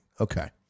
okay